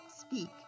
speak